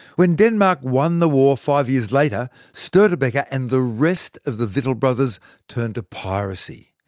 when denmark won the war five years later, stortebeker and the rest of the victual brothers turned to piracy.